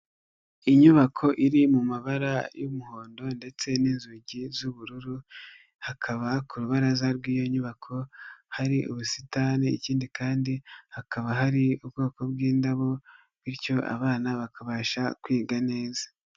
Inyubako iri mu mabara y'umuhondo ndetse n'inzugi z'ubururu, hakaba ku rubaraza rw'iyo nyubako hari ubusitani ikindi kandi hakaba hari ubwoko bw'indabo, bityo abana bakabasha kwiga neza.